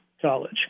College